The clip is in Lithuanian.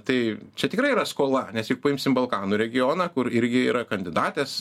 tai čia tikrai yra skola nes juk paimsim balkanų regioną kur irgi yra kandidatės